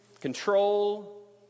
control